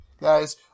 Guys